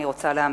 אני רוצה להאמין.